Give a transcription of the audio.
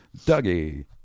Dougie